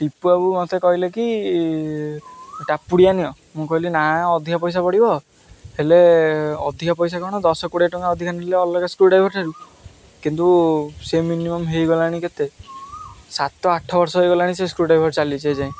ଟିପୁ ବାବୁ ମୋତେ କହିଲେ କି ଟାପୁଡ଼ିଆ ନିିଅ ମୁଁ କହିଲି ନା ଅଧିକା ପଇସା ପଡ଼ିବ ହେଲେ ଅଧିକା ପଇସା କ'ଣ ଦଶ କୋଡ଼ିଏ ଟଙ୍କା ଅଧିକା ନେଲେ ଅଲଗା ସ୍କ୍ରୁଡ୍ରାଇଭର୍ ଠାରୁ କିନ୍ତୁ ସେ ମିନିମମ୍ ହେଇଗଲାଣି କେତେ ସାତ ଆଠ ବର୍ଷ ହେଇଗଲାଣି ସେ ସ୍କ୍ରୁଡ୍ରାଇଭର୍ ଚାଲିଛି ଏ ଯାଏଁ